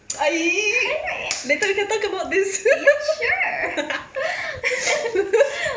eh later we can talk about this